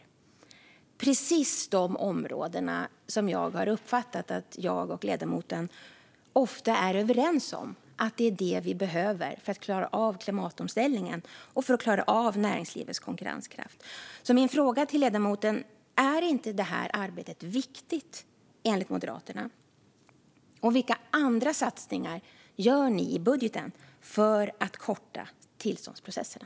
Det är precis de områdena som jag har uppfattat att jag och ledamoten ofta är överens om behövs för att klara klimatomställningen och konkurrensen i näringslivet. Är inte det här arbetet viktigt, enligt Moderaterna? Vilka andra satsningar gör ni i budgeten för att korta tillståndsprocesserna?